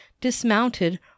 dismounted